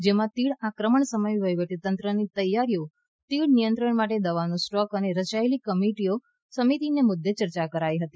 જેમાં તીડ આક્રમણ સમયે વહીવટીતંત્રની તૈયારીઓ તીડ નિયંત્રણ માટે દવાનો સ્ટોક અને રચાયેલી કમીટીઓ સમીતીનાં મુદ્દે ચર્ચા કરાઈ હતી